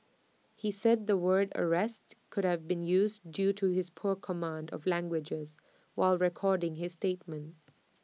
he said the word arrest could have been used due to his poor command of languages while recording his statement